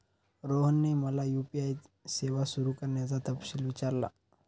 रोहनने मला यू.पी.आय सेवा सुरू करण्याचा तपशील विचारला